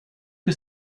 que